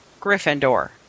Gryffindor